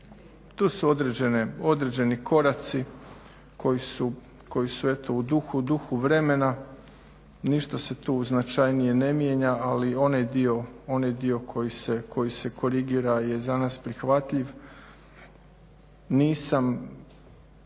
Tu su određeni koraci koji su eto u duhu vremena. Ništa se tu značajnije ne mijenja ali onaj dio koji se korigira je za nas prihvatljiv.